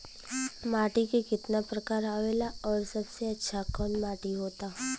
माटी के कितना प्रकार आवेला और सबसे अच्छा कवन माटी होता?